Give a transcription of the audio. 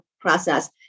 process